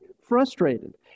frustrated